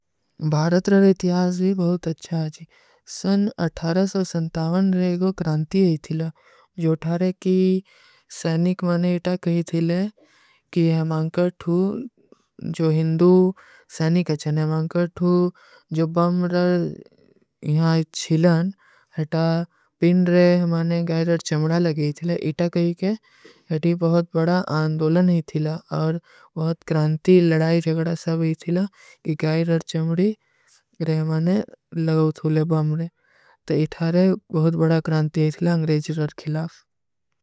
ଭାରତର ରେ ଇତିଯାଜ ଭୋଗତ ଅଚ୍ଛା ହାଜୀ। ସନ ଅଠାରସ ଔର ସନ୍ତାଵନ ରେ ଗୋ କ୍ରାଂଟୀ ହୈ ଇତିଲା। ଜୋ ଠାରେ କୀ ସୈନିକ ମନେ ଇତା କହୀ ଥିଲେ କି ହମାଂକର୍ଥୁ, ଜୋ ହିଂଦୂ ସୈନିକ ହୈ ଚେନ, ହମାଂକର୍ଥୁ ଜବ ବାମରେ ଥିଲ ଛୀଲନ, ହୈଟା।